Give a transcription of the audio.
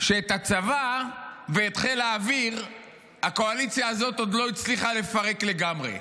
כשאת הצבא ואת חיל האוויר הקואליציה הזאת עוד לא הצליחה לפרק לגמרי.